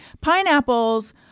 Pineapples